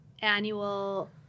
annual